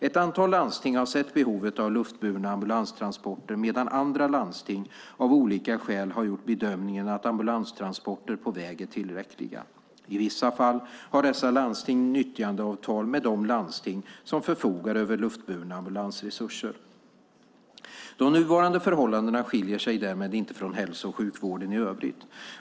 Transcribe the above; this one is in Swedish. Ett antal landsting har sett ett behov av luftburna ambulanstransporter medan andra landsting av olika skäl har gjort bedömningen att ambulanstransporter på väg är tillräckliga. I vissa fall har dessa landsting nyttjandeavtal med de landsting som förfogar över luftburna ambulansresurser. De nuvarande förhållandena skiljer sig därmed inte från hälso och sjukvården i övrigt.